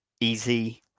easy